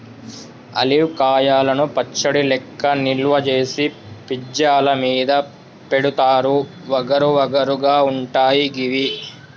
olive కాయలను పచ్చడి లెక్క నిల్వ చేసి పిజ్జా ల మీద పెడుతారు వగరు వగరు గా ఉంటయి గివి